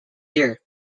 there